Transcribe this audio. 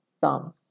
Thumb